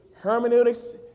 Hermeneutics